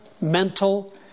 mental